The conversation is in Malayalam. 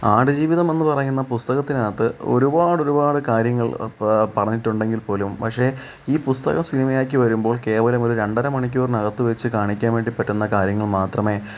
ആടുജീവിതം എന്ന് പറയുന്ന പുസ്തകത്തിനകത്ത് ഒരുപാട് ഒരുപാട് കാര്യങ്ങൾ പ പറഞ്ഞിട്ടുണ്ടെങ്കിൽ പോലും പക്ഷേ ഈ പുസ്തകം സിനിമയാക്കി വരുമ്പോൾ കേവലം ഒരു രണ്ടര മണിക്കൂറിനകത്ത് വെച് കാണിക്കാൻ വേണ്ടി പറ്റുന്ന കാര്യങ്ങൾ മാത്രമേ